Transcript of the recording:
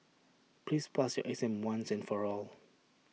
please pass your exam once and for all